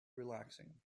relaxing